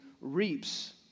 reaps